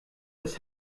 das